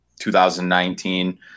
2019